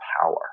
power